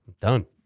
Done